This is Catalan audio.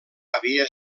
havia